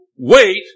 Wait